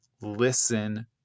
listen